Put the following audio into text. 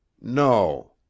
no